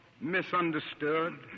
misunderstood